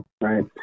right